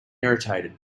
irritated